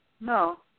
no